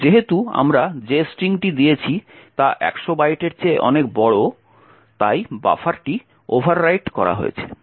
এবং যেহেতু আমরা যে স্ট্রিংটি দিয়েছি তা 100 বাইটের চেয়ে অনেক বড় তাই বাফারটি ওভাররাইট করা হয়েছে